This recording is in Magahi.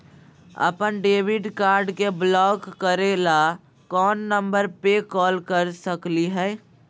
अपन डेबिट कार्ड के ब्लॉक करे ला कौन नंबर पे कॉल कर सकली हई?